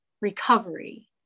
recovery